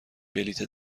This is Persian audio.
بلیت